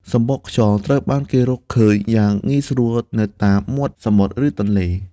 សំបកខ្យង ត្រូវបានគេរកឃើញយ៉ាងងាយស្រួលនៅតាមមាត់សមុទ្រ ឬទន្លេ។